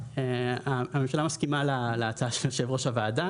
הממשלה מסכימה להצעה של יושב-ראש הוועדה